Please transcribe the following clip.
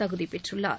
தகுதிப்பெற்றுள்ளார்